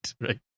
right